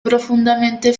profundamente